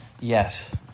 Yes